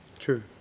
True